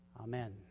Amen